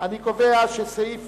אני מצביע על סעיף